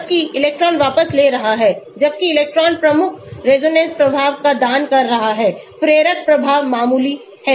जबकि इलेक्ट्रॉन वापस ले रहा है जबकि इलेक्ट्रॉन प्रमुख रेजोनेंस प्रभाव का दान कर रहा है प्रेरक प्रभाव मामूली है